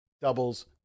doubles